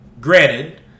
Granted